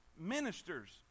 Ministers